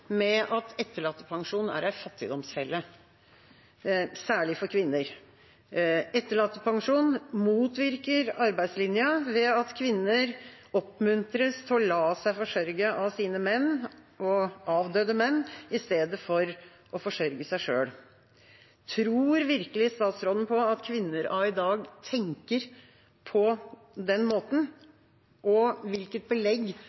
fattigdomsfelle, særlig for kvinner, og at etterlattepensjon motvirker arbeidslinja ved at kvinner oppmuntres til å la seg forsørge av sine menn, og avdøde menn, istedenfor å forsørge seg selv. Tror virkelig statsråden på at kvinner av i dag tenker på den måten? Og hvilket belegg